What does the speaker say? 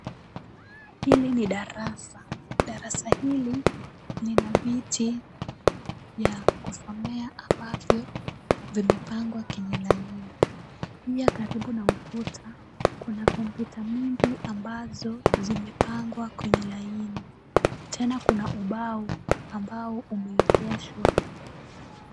Hili ni darasa. Darasa hili lina viti ya kusomea ambavyo vimepangwa kwenye line . Pia karibu na ukuta, kuna kompyuta mingi ambazo zimepangwa kwenye line . Tena kuna ubao ambao umeegeshwa.